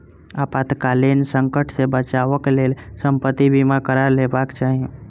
आपातकालीन संकट सॅ बचावक लेल संपत्ति बीमा करा लेबाक चाही